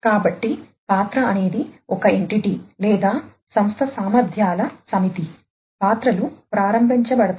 కాబట్టి పాత్ర అనేది ఒక ఎంటిటీ తో సంభాషించడంలో సహాయపడతాయి